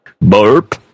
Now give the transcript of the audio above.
Burp